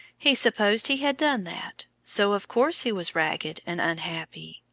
he supposed he had done that, so of course he was ragged and unhappy.